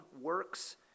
works